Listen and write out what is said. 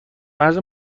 مرز